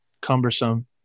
cumbersome